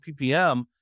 PPM